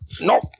no